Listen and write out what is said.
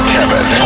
Kevin